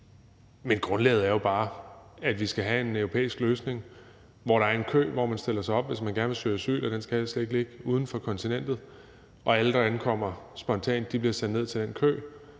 Grundlaget er jo bare, at vi skal have en europæisk løsning, hvor der er en kø, som man stiller sig op i, hvis man gerne vil søge asyl, og den skal helst ligge uden for kontinentet. Alle, der ankommer spontant, bliver sendt ned til den kø.